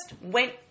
went